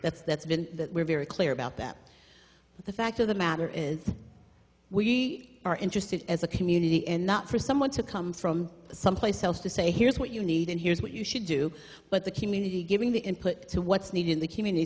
that's that's been very clear about that the fact of the matter is we are interested as a community and not for someone to come from some place else to say here's what you need and here's what you should do but the community giving the input to what's needed in the community